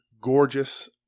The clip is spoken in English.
gorgeous